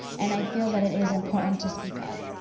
and i feel that it is important to speak up.